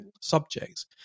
subjects